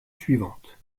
suivante